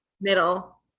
middle